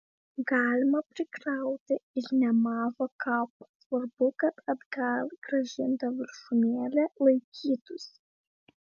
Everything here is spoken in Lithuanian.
galima prikrauti ir nemažą kaupą svarbu kad atgal grąžinta viršūnėlė laikytųsi